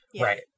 Right